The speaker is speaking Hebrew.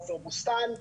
עופר בוסתן,